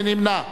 מי נמנע?